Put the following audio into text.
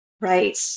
right